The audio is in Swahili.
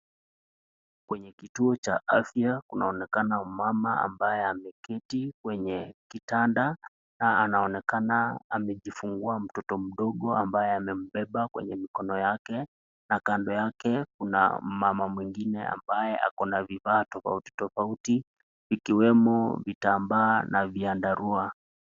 Kwenye kituo cha afya kunaonekana mama ambaye ameketi kwenye kitanda na anaonekana amejifungua mtoto mdogo ambaye amembeba kwenye mikono yake na kando yake kuna mama mwingine ambaye akona vifaa tofauti tofauti ikiwemo vitambaa na vyandarua.